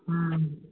हम्म